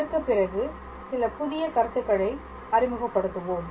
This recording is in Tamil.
அதற்குப் பிறகு சில புதிய கருத்துக்களை அறிமுகப்படுத்துவோம்